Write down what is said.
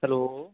hello